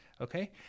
Okay